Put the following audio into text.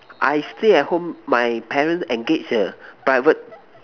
I stay at home my parents engage a private